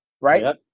right